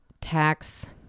tax